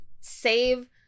save